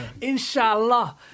Inshallah